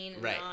right